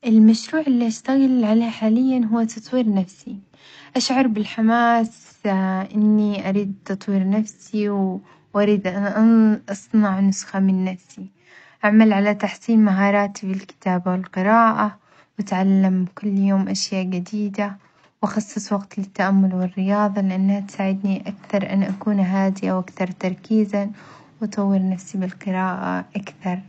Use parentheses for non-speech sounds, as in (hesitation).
المشروع اللي أشتغل عليه حاليًا هو تطوير نفسي، أشعر بالحماس (hesitation) إني أريد تطوير نفسي و أريد أن (hesitation) أصنع نسخة من نفسي أعمل على تحسين مهاراتي بالكتابة والقراءة وأتعلم كل يوم أشياء جديدة، وأخصص وقت للتأمل والرياضة لأنها تساعدني أكثر أن أكون هادئة وأكثر تركيزًا، وأطور نفسي بالقراءة أكثر.